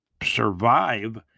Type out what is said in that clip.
survive